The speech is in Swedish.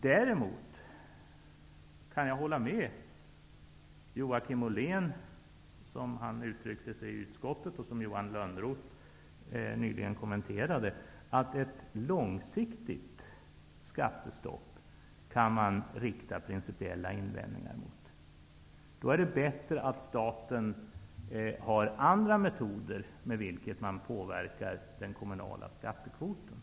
Däremot kan jag instämma i det som Joakim Ollén sade i utskottet, något som Johan Lönnroth nyss kommenterade, nämligen att man kan rikta principiella invändningar mot ett långsiktigt skattestopp. Det är då bättre om staten med andra metoder påverkar den kommunala skattekvoten.